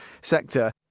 sector